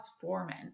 foreman